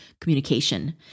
communication